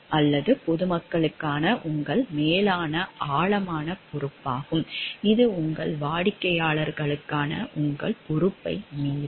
அல்லது பொதுமக்களுக்கான உங்கள் மேலான ஆழமான பொறுப்பாகும் இது உங்கள் வாடிக்கையாளருக்கான உங்கள் பொறுப்பை மீறும்